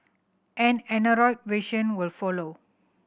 an Android version will follow